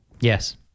Yes